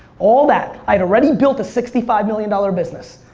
all that. i had already built a sixty five million dollars business.